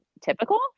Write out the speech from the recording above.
typical